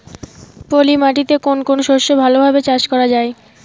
পলি মাটিতে কোন কোন শস্য ভালোভাবে চাষ করা য়ায়?